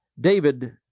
David